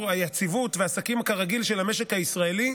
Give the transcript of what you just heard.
היציבות והעסקים כרגיל של המשק הישראלי,